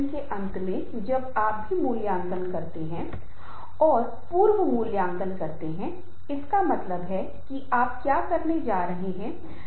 कुछ मामलों में आपको ध्वनि सहायता की आवश्यकता होगी और यह जानना महत्वपूर्ण है कि आवाज़ सहायता की आवश्यकता कहाँ है